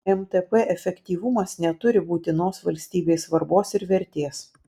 mtp efektyvumas neturi būtinos valstybei svarbos ir vertės